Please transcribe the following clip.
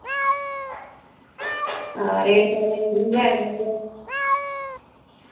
rate सारे ओह्बी ऐं कश